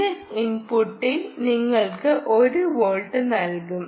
ഇത് ഇൻപുട്ടിൽ നിങ്ങൾക്ക് 1 വോൾട്ട് നൽകും